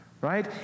right